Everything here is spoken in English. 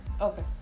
Okay